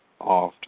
often